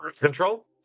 Control